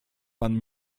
pan